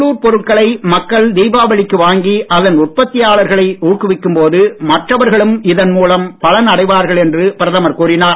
உள்ளூர் பொருட்களை மக்கள் தீபாவளிக்கு வாங்கி அதன் உற்பத்தியாளர்களை ஊக்குவிக்கும் போது மற்றவர்களும் இதன் மூலம் பலன் அடைவார்கள் என்று பிரதமர் கூறினார்